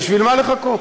בשביל מה לחכות?